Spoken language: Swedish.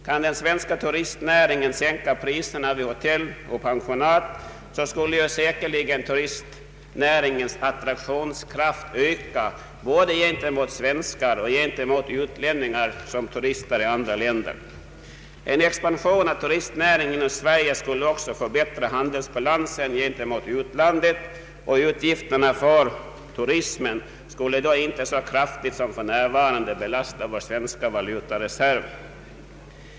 Kan den svenska turistnäringen sänka priserna vid hotell och pensionat, skulle säkerligen turistnäringens attraktionskraft öka bland både svenskar och utlänningar som turistar i andra länder. En expansion av turistnäringen i Sverige skulle också förbättra handelsbalansen gentemot utlandet, och utgifterna för turismen skulle då inte så kraftigt som för närvarande belasta den svenska valutareserven.